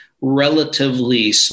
relatively